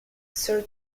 sir